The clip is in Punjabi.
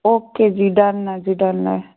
ਓਕੇ ਜੀ ਡਨ ਆ ਜੀ ਡਨ ਹੈ